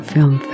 Film